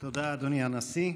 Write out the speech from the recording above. תודה, אדוני הנשיא.